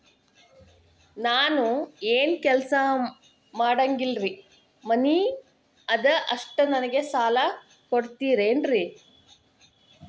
ನಾನು ಏನು ಕೆಲಸ ಮಾಡಂಗಿಲ್ರಿ ಮನಿ ಅದ ಅಷ್ಟ ನನಗೆ ಸಾಲ ಕೊಡ್ತಿರೇನ್ರಿ?